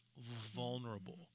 vulnerable